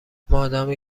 مادامی